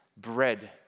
bread